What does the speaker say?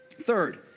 Third